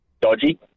dodgy